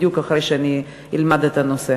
בדיוק אחרי שאני אלמד את הנושא.